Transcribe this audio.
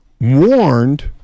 warned